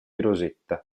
rosetta